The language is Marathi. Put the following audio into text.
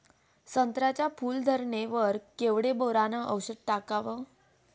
संत्र्याच्या फूल धरणे वर केवढं बोरोंन औषध टाकावं?